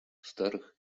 старых